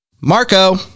Marco